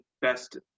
best